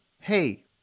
hey